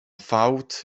fałd